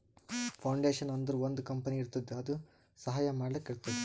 foundation ಅಂದುರ್ ಒಂದ್ company ಇರ್ತುದ್ ಅದು ಸಹಾಯ ಮಾಡ್ಲಕ್ ಇರ್ತುದ್